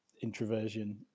introversion